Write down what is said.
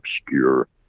obscure